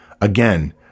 again